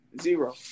Zero